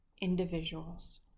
individuals